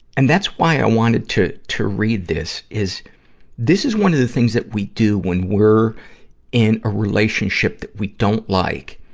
and that's why i wanted to, to read this, is this is one of the things that we do when we're in a relationship that we don't like,